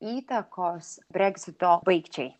įtakos breksito baigčiai